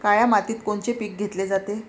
काळ्या मातीत कोनचे पिकं घेतले जाते?